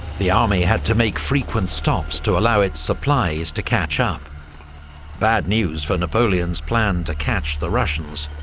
the army had to make frequent stops to allow its supplies to catch up bad news for napoleon's plan to catch the russians,